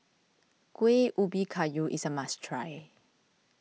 Kuih Ubi Kayu is a must try